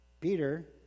Peter